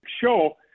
show